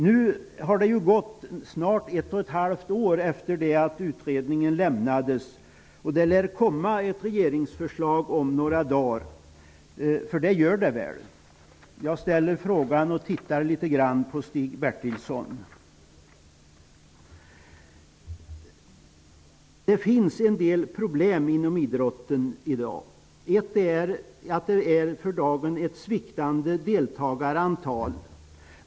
Nu har det snart gått ett och ett halvt år sedan utredningsresultatet lades fram. Det lär komma ett regeringsförslag om några dagar, eller hur? Jag ställer frågan samtidigt som jag tittar litet grand på Stig Bertilsson. Det finns en del problem inom idrottsrörelsen i dag. Ett problem för dagen är att antalet deltagare sviktar.